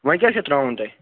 وۅنۍ کیٛاہ چھُو ترٛاوٕنۍ تۄہہِ